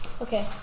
Okay